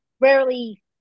rarely